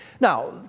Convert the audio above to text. Now